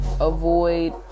Avoid